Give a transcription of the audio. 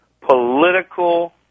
political